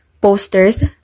posters